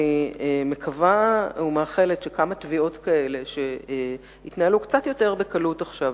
אני מקווה ומאחלת שתביעות כאלה יתנהלו קצת יותר בקלות עכשיו,